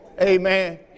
amen